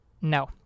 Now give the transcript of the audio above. no